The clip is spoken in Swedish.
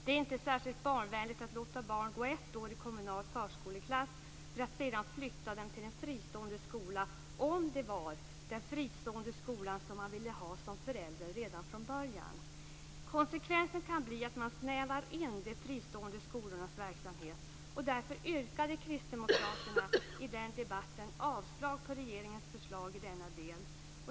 Det är inte särskilt barnvänligt att låta barn gå ett år i kommunal förskoleklass för att sedan flytta dem till en fristående skola om det var den fristående skolan man som förälder ville ha redan från början. Konsekvensen kan bli att man snävar in de fristående skolornas verksamhet, och därför yrkade kristdemokraterna i den debatten avslag på regeringens förslag i denna del.